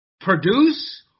produce